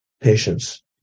patience